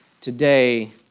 today